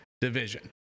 division